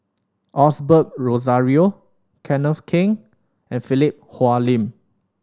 Osbert Rozario Kenneth Keng and Philip Hoalim